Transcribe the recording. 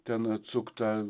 ten atsukt tą